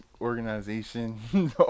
organization